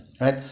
right